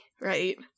right